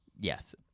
Yes